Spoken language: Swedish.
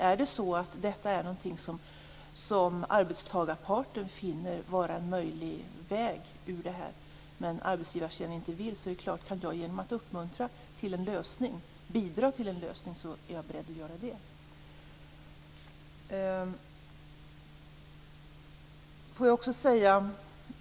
Om detta är någonting som arbetstagarparten finner vara en möjlig väg ur det här men som arbetsgivaren inte vill använda, är det klart att jag är beredd att bidra till en lösning genom att uppmuntra detta.